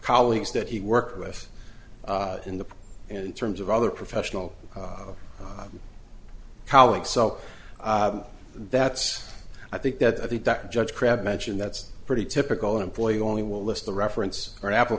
colleagues that he worked with in the in terms of other professional colleagues so that's i think that i think that judge crabb mentioned that's pretty typical employee only will list the reference or an appl